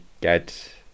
get